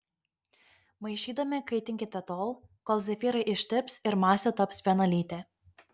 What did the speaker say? maišydami kaitinkite tol kol zefyrai ištirps ir masė taps vienalytė